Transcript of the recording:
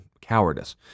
cowardice